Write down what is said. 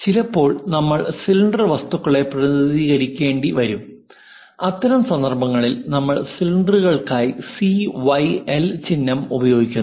ചിലപ്പോൾ നമ്മൾ സിലിണ്ടർ വസ്തുക്കളെ പ്രതിനിധീകരിക്കേണ്ടി വരും അത്തരം സന്ദർഭങ്ങളിൽ നമ്മൾ സിലിണ്ടറുകൾക്കായി CYL ചിഹ്നം ഉപയോഗിക്കുന്നു